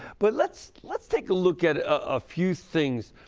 but let's let's take a look at a few things.